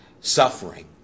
suffering